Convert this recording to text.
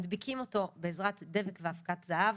מדביקים אותו בעזרת דבק ואבקת זהב